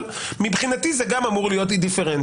אבל מבחינתי זה גם אמור להיות אינדיפרנטי.